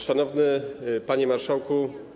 Szanowny Panie Marszałku!